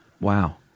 Wow